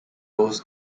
rose